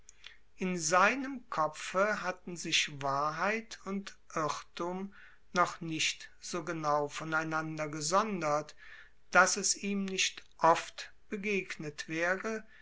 in seinem kopfe hatten sich wahrheit und irrtum noch nicht so genau voneinander gesondert daß es ihm nicht oft begegnet wäre